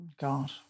God